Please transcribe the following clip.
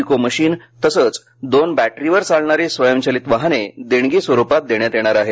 eco machine तसेच दोन बॅटरीवर चालणारी स्वयंचलित वाहने देणगी स्वरुपात देण्यात येणार आहेत